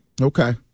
Okay